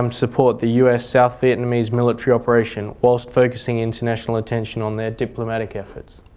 um support the us-south vietnamese military operation whilst focusing international attention on their diplomatic efforts.